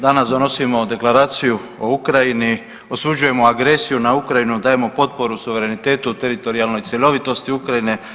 Danas donosimo Deklaraciju o Ukrajini, osuđujemo agresiju na Ukrajinu, dajemo potporu suverenitetu, teritorijalnoj cjelovitosti Ukrajine.